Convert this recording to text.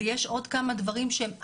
ויש עוד כמה דברים שהם,